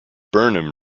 burnham